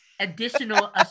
additional